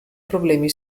problemi